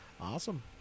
awesome